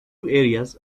areas